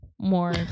more